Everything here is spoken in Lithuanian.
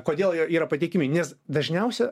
kodėl jie yra patiekiami nes dažniausia